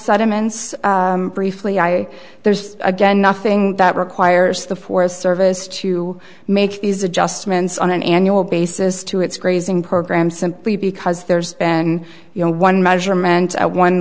settlements briefly i there's again nothing that requires the forest service to make these adjustments on an annual basis to its grazing program simply because there's been you know one measurement at one